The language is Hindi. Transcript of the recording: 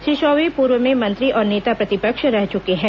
श्री चौबे पूर्व में मंत्री और नेता प्रतिपक्ष रह चुके हैं